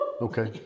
Okay